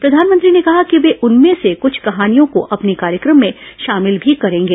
प्रधानमंत्री ने कहा कि वे उनमें से कुछ कहानियों को अपने कार्यक्रम में शामिल भी करेंगे